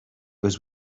was